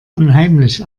unheimlich